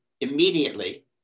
immediately